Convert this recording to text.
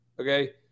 okay